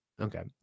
okay